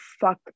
fuck